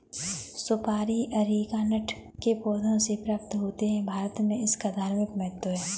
सुपारी अरीकानट के पौधों से प्राप्त होते हैं भारत में इसका धार्मिक महत्व है